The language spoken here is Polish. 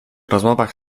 rozmowach